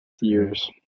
years